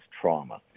trauma